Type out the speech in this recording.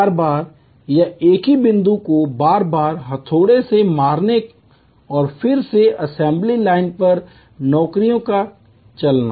बार बार या एक ही बिंदु को बार बार हथौड़े से मारना और फिर से असेंबली लाइन पर नौकरियों का चलना